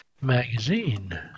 Magazine